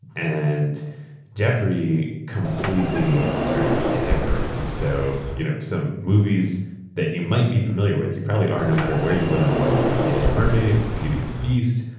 and jeffrey completely turned things around. so you know some movies that you might be familiar with, you probably are no matter where you live in the world, the little mermaid, beauty and the beast,